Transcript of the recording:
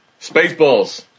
Spaceballs